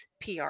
PR